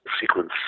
sequence